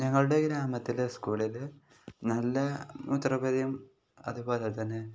ഞങ്ങളുടെ ഗ്രാമത്തിലെ സ്കൂളിൽ നല്ല മൂത്രപ്പുരയും അതു പോലെ തന്നെ